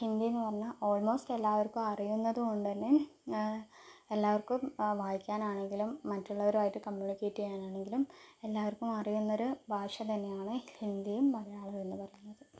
ഹിന്ദി എന്ന് പറഞ്ഞാൽ ഓൾമോസ്റ്റ് എല്ലാവർക്കും അറിയാവുന്നത് കൊണ്ട് തന്നെ എല്ലാവർക്കും വായിക്കാനാണെങ്കിലും മറ്റുള്ളവരായിട്ട് കമ്മ്യൂണിക്കേറ്റെയ്യാൻ ആണെങ്കിലും എല്ലാവർക്കും അറിയുന്നൊരു ഭാഷ തന്നെയാണ് ഹിന്ദിയും മലയാളവുമെന്ന് പറയുന്നത്